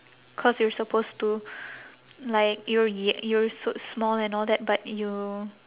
cause you're supposed to like you're y~ you're so small and all that but you